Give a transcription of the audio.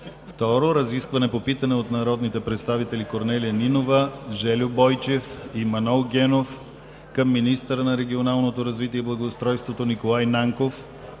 2. Разискване по питане от народните представители Корнелия Нинова, Жельо Бойчев и Манол Генов към министъра на регионалното развитие и благоустройството за